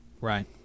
right